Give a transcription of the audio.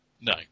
No